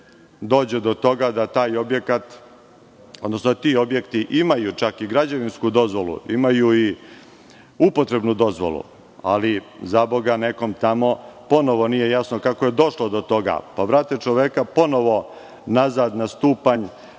dođe do toga da taj objekat, odnosno ti objekti imaju čak i građevinsku dozvolu, imaju i upotrebnu dozvolu, ali zaboga nekom tamo ponovo nije jasno kako je došlo do toga, pa vrate čoveka ponovo nazad na stupanj